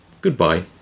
goodbye